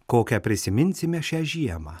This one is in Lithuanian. kokią prisiminsime šią žiemą